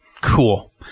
Cool